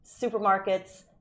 supermarkets